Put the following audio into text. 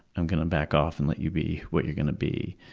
i'm going to back off and let you be what you're going to be